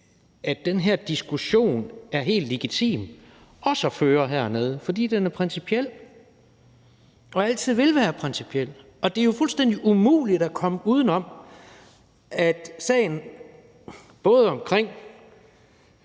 at den her diskussion er helt legitim også at føre hernede, fordi den er principiel og altid vil være principiel. Og det er jo fuldstændig umuligt at komme uden om, at sagen både omkring